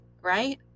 Right